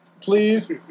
please